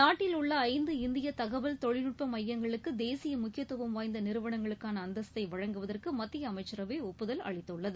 நாட்டில் உள்ள ஐந்து இந்திய தகவல் தொழில்நுட்ப மையங்களுக்கு தேசிய முக்கியத்துவம் வாய்ந்த நிறுவனங்களுக்கான அந்தஸ்தை வழங்குவதற்கு மத்திய அமைச்சரவை ஒப்புதல் அளித்துள்ளது